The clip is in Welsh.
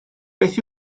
beth